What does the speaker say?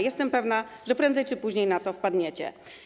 Jestem pewna, że prędzej czy później na to wpadniecie.